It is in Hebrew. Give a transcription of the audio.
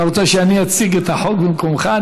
אתה רוצה שאני אציג את החוק במקומך,